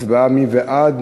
הצבעה, מי בעד?